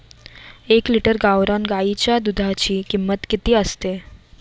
एक लिटर गावरान गाईच्या दुधाची किंमत किती असते?